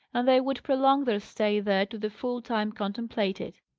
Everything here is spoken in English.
and they would prolong their stay there to the full time contemplated.